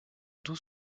doux